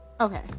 Okay